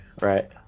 Right